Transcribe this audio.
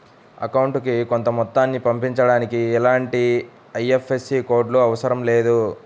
అకౌంటుకి కొంత మొత్తాన్ని పంపించడానికి ఎలాంటి ఐఎఫ్ఎస్సి కోడ్ లు అవసరం లేదు